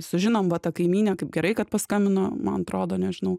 sužinom va ta kaimynė kaip gerai kad paskambino man atrodo nežinau